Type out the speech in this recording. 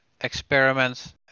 experiments